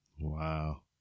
Wow